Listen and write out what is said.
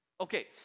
Okay